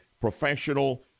professional